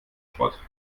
schrott